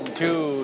two